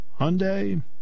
Hyundai